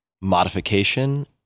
modification